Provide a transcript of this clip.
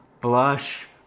Blush